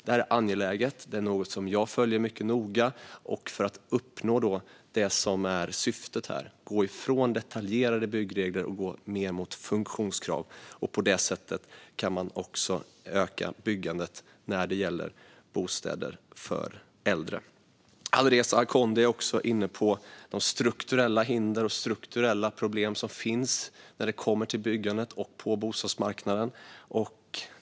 Detta är angeläget och något jag följer mycket noga för att uppnå det som är syftet här, det vill säga att gå ifrån detaljerade byggregler och gå mer mot funktionskrav. På det sättet kan man också öka byggandet när det gäller bostäder för äldre. Alireza Akhondi är också inne på de strukturella hinder och problem som finns när det kommer till byggandet och på bostadsmarknaden.